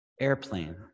Airplane